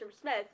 Smith